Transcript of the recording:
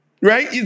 Right